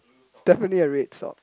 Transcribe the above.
definitely a red sock